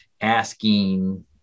asking